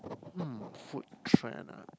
um food trend ah